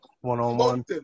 one-on-one